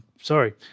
Sorry